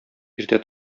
иртә